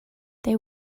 they